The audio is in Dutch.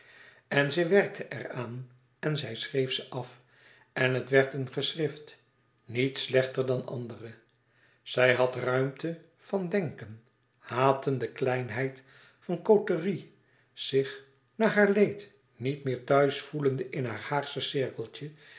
en zij werkte er aan en zij schreef ze af en het werd een geschrift niet slechter dan anderen zij had ruimte van denken hatende kleinheid van côterie zich na haar leed niet meer thuis voelende in haar haagsch cirkeltje